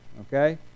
Okay